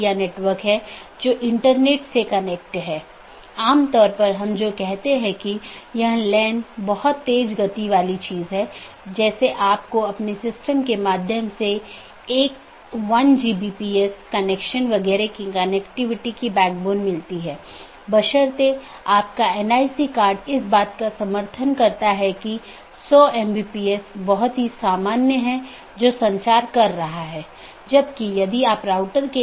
इसलिए जो हम देखते हैं कि मुख्य रूप से दो तरह की चीजें होती हैं एक है मल्टी होम और दूसरा ट्रांजिट जिसमे एक से अधिक कनेक्शन होते हैं लेकिन मल्टी होमेड के मामले में आप ट्रांजिट ट्रैफिक की अनुमति नहीं दे सकते हैं और इसमें एक स्टब प्रकार की चीज होती है जहां केवल स्थानीय ट्रैफ़िक होता है मतलब वो AS में या तो यह उत्पन्न होता है या समाप्त होता है